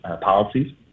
policies